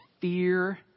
fear